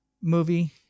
movie